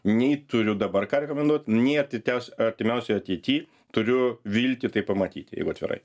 nei turiu dabar ką rekomenduot nei ateities artimiausioj ateity turiu viltį tai pamatyti jeigu atvirai